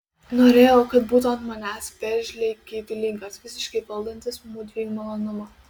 norėjau kad būtų ant manęs veržliai geidulingas visiškai valdantis mudviejų malonumą